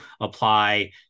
apply